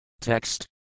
Text